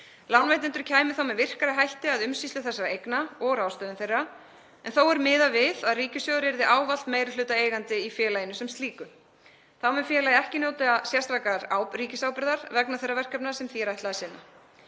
Lánveitendur kæmu þá með virkari hætti að umsýslu þessara eigna og ráðstöfun þeirra en þó er miðað við að ríkissjóður yrði ávallt meirihlutaeigandi í félaginu sem slíku. Þá mun félagið ekki njóta sérstakrar ríkisábyrgðar vegna þeirra verkefna sem því er ætlað að sinna.